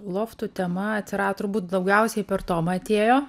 loftų tema atsirado turbūt daugiausiai per tomą atėjo